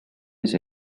his